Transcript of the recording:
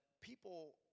people